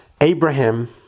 Abraham